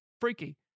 freaky